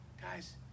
Guys